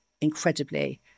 incredibly